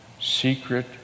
secret